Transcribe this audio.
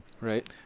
Right